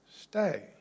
Stay